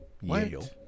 Yale